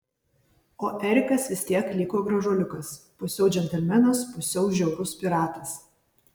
o erikas vis tiek liko gražuoliukas pusiau džentelmenas pusiau žiaurus piratas